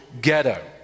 ghetto